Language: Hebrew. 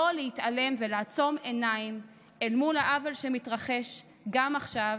היא לא להתעלם ולא לעצום עיניים אל מול העוול שמתרחש גם עכשיו